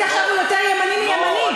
ועכשיו לפיד יותר ימני מימני.